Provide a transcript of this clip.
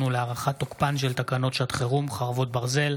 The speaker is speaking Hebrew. ולהארכת תוקפן של תקנות שעת חירום (חרבות ברזל)